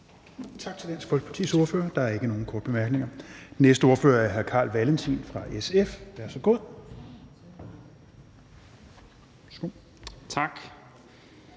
Tak til Dansk Folkepartis ordfører. Der er ikke nogen korte bemærkninger. Næste ordfører er hr. Carl Valentin fra SF. Værsgo. Kl.